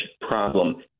problem